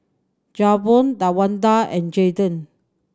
Javon Tawanda and Jaiden